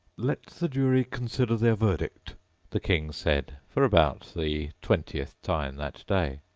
let the jury consider their verdict the king said, for about the twentieth time that day.